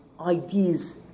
ideas